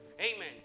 amen